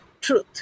truth